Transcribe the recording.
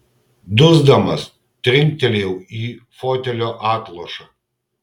dusdamas trinktelėjau į fotelio atlošą